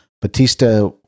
Batista